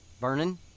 Vernon